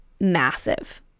massive